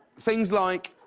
things like,